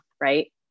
right